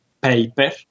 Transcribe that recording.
paper